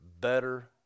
better